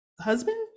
husband